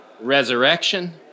Resurrection